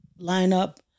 lineup